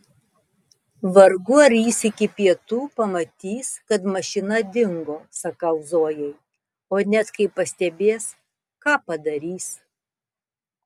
vargu ar jis iki pietų pamatys kad mašina dingo sakau zojai o net kai pastebės ką padarys